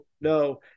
no